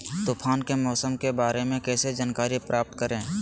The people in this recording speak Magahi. तूफान के मौसम के बारे में कैसे जानकारी प्राप्त करें?